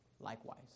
likewise